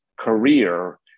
career